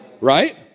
Right